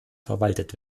verwaltet